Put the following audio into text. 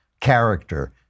character